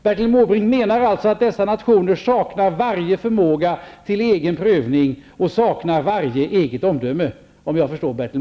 Bertil Måbrink menar således att dessa nationer saknar varje förmåga till egen prövning och eget omdöme, om jag förstår Bertil